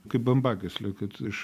kaip bambagyslė kad iš